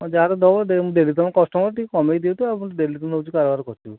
ହଉ ଯାହା ତ ଦେବ ମୁଁ ଦେଇଦେବି ତମେ କଷ୍ଟମର୍ ଟିକେ କମାଇକି ଦିଅନ୍ତୁ ଆପଣ ଡେଲି ତ ନେଉଛି କାରବାର କରୁଛି